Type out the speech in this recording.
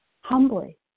humbly